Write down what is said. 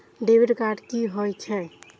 Debit card की होय छेय?